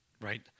right